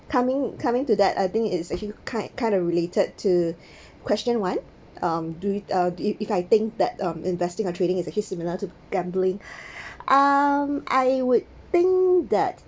coming coming to that I think it's actually kind kind of related to question one um do it uh if if I think that um investing or trading is his similar to gambling um I would think that